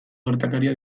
gertakaria